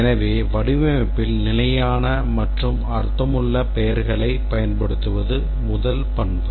எனவே வடிவமைப்பில் நிலையான மற்றும் அர்த்தமுள்ள பெயர்களைப் பயன்படுத்துவது முதல் பண்பு